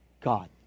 God